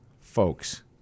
folks